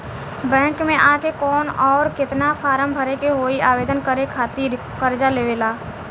Bank मे आ के कौन और केतना फारम भरे के होयी आवेदन करे के खातिर कर्जा लेवे ला?